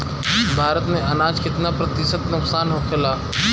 भारत में अनाज कितना प्रतिशत नुकसान होखेला?